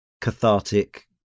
cathartic